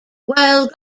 while